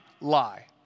lie